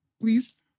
please